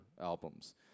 albums